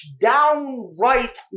downright